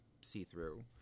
see-through